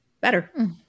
better